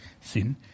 sin